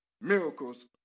miracles